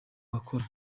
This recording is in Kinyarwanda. bawukora